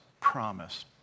promise